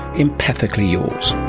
empathically yours